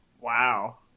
Wow